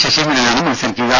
ശശീന്ദ്രനാണ് മത്സരിക്കുക